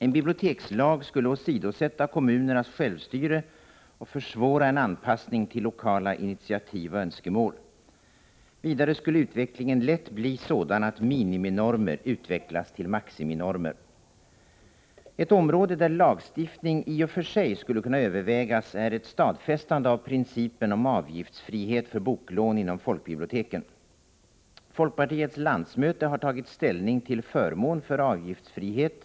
En bibliotekslag skulle åsidosätta kommunernas självstyre och försvåra en anpassning till lokala initiativ och önskemål. Vidare skulle utvecklingen lätt bli sådan att miniminormer utvecklas till maximinormer. Lagstiftning skulle i och för sig kunna övervägas för ett stadfästande av principen om avgiftsfrihet för boklån inom folkbiblioteken. Folkpartiets landsmöte har tagit ställning till förmån för avgiftsfrihet.